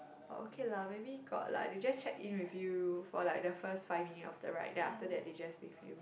oh okay lah maybe got lah they just check in with few for like the first five minutes of the ride then they just leave you